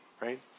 right